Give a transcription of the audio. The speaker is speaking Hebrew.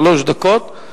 שלוש דקות.